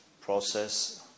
process